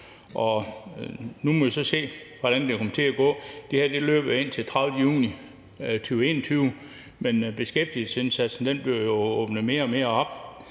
Nu må vi så se, hvordan det kommer til gå. Det her løber indtil den 30. juni 2021, men der bliver jo åbnet mere og mere op